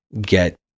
get